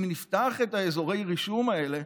אם נפתח את אזורי הרישום האלה,